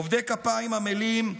עובדי כפיים עמלים,